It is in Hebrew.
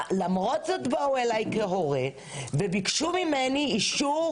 למרות זאת באו אליי כהורה וביקשו ממני אישור